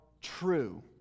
true